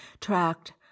tracked